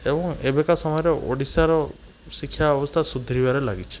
ଏବଂ ଏବେକା ସମୟରେ ଓଡ଼ିଶାର ଶିକ୍ଷା ଅବସ୍ଥା ସୁଧୁରିବାରେ ଲାଗିଛି